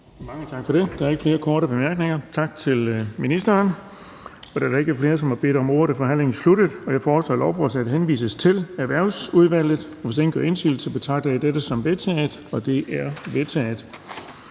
Mange tak for det. Der er ikke flere korte bemærkninger. Tak til ministeren. Da der ikke er flere, som har bedt om ordet, er forhandlingen sluttet. Jeg foreslår, at lovforslaget henvises til Erhvervsudvalget. Hvis ingen gør indsigelse, betragter jeg dette som vedtaget. Det er vedtaget.